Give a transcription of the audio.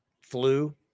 flu